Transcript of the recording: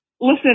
Listen